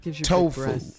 Tofu